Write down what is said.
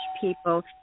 people